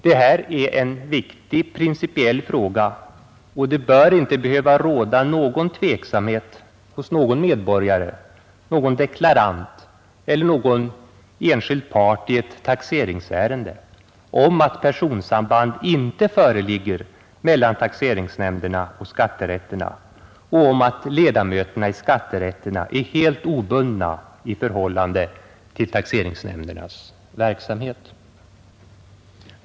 Det här är en viktig principiell fråga, och det bör inte behöva råda någon tveksamhet hos någon medborgare, någon deklarant eller någon enskild part i ett taxeringsärende, om att personsamband icke föreligger mellan taxeringsnämnderna och skatterätterna och om att ledamöterna i skatterätterna är helt obundna i förhållande till taxeringsnämndernas verksamhet.